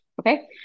Okay